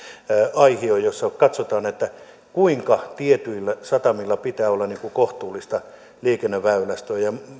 aihio jossa katsottiin kuinka tietyillä satamilla pitää olla kohtuullista liikenneväylästöä